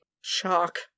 shock